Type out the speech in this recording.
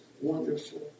wonderful